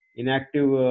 inactive